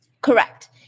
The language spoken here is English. Correct